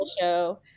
show